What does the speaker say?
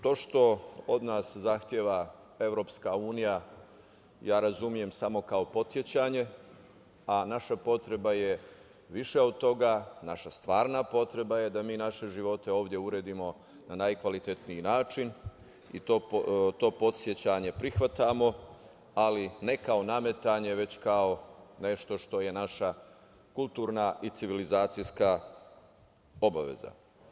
To što od nas zahteva EU razumem kao podsećanje, a naša potreba je više od toga, naša stvarna potreba je da mi naše živote ovde uredimo na najkvalitetniji način, i to podsećanje prihvatamo, ali ne kao nametanje, već kao nešto što je naša kulturna i civilizacijska obaveza.